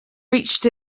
reached